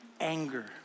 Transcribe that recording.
anger